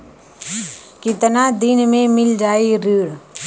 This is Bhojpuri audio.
कितना दिन में मील जाई ऋण?